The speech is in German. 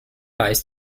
ist